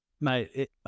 Mate